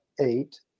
eight